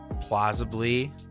plausibly